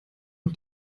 auf